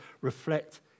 reflect